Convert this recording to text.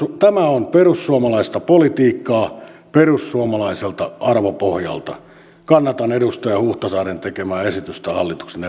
tämä on perussuomalaista politiikkaa perussuomalaiselta arvopohjalta kannatan edustaja huhtasaaren tekemää esitystä hallituksen